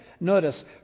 Notice